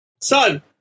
son